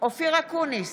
אופיר אקוניס,